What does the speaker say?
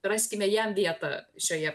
raskime jam vietą šioje